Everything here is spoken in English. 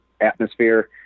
atmosphere